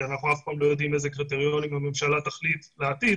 כי אנחנו אף פעם לא יודעים על איזה קריטריונים הממשלה תחליט בעתיד,